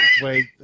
wait